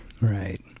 Right